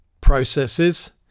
processes